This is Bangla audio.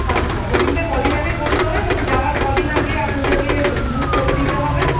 আচ্ছা বুকিংটা কদিন আগে করতে হবে মানে যাওয়ার কদিন আগে আপনাদেরকে বুক করে দিতে হবে